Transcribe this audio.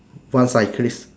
one cyclist